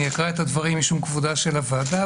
אני אקרא את הדברים משום כבודה של הוועדה,